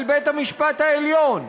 על בית-המשפט העליון,